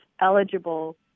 eligible